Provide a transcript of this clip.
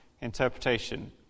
interpretation